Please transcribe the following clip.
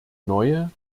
neue